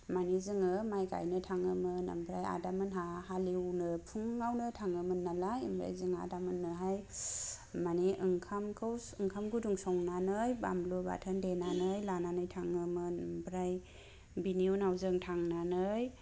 मानि जोङो माइ गाइनो थांङोमोन आमफ्राय आदा मोनहा हालेवनो फुंआवनो थांङोमोन नालाय आमफ्राय जों आदा मोननोहाय मानि ओंखामखौ ओंखाम गुदुं संनानै बानलु बाथोन देनानै लानानै थांङोमोन आमफ्राय बिनि उननाव जों थांनानै